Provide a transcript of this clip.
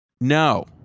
no